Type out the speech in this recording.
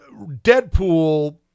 Deadpool